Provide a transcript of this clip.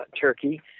turkey